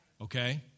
okay